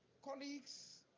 Colleagues